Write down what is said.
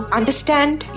understand